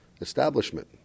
establishment